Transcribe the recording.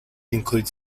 include